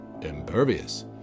impervious